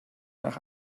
nach